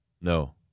no